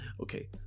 Okay